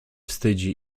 wstydzi